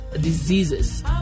diseases